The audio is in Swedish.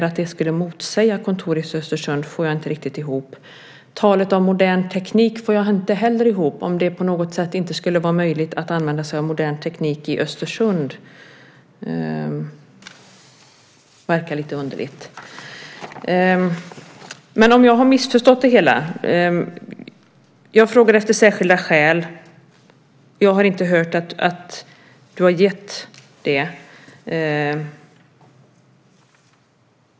Att det skulle motsäga ett kontor i Östersund får jag inte riktigt ihop. Talet om modern teknik förstår jag inte heller riktigt. Att det inte skulle vara möjligt att använda sig av modern teknik i Östersund verkar lite underligt. Jag kanske har missförstått det hela. Jag frågade efter särskilda skäl. Jag har inte hört att du har gett det.